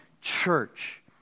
church